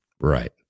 Right